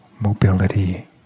mobility